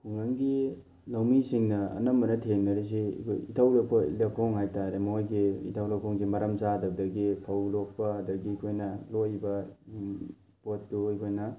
ꯈꯨꯡꯒꯪꯒꯤ ꯂꯧꯃꯤꯁꯤꯡꯅ ꯑꯅꯝꯕꯅ ꯊꯦꯡꯅꯔꯤꯁꯤ ꯑꯩꯈꯣꯏ ꯏꯊꯧ ꯂꯨꯈꯣꯡ ꯍꯥꯏꯇꯥꯔꯦ ꯃꯣꯏꯒꯤ ꯏꯊꯧ ꯂꯨꯈꯣꯡꯁꯦ ꯃꯔꯝ ꯆꯥꯗꯕꯗꯒꯤ ꯐꯧ ꯂꯣꯛꯄ ꯑꯗꯒꯤ ꯑꯩꯈꯣꯏꯅ ꯂꯣꯛꯏꯕ ꯄꯣꯠꯇꯨ ꯑꯩꯈꯣꯏꯅ